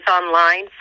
online